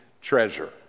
treasure